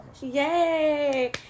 Yay